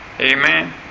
Amen